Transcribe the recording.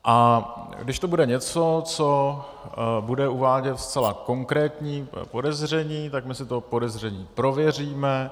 A když to bude něco, co bude uvádět zcela konkrétní podezření, tak my si to podezření prověříme.